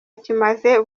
kimaze